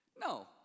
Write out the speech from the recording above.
No